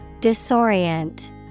Disorient